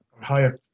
higher